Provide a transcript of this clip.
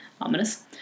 Ominous